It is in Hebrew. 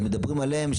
שמדברים עליהם,